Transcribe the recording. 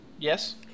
Yes